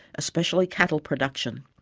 especially cattle production.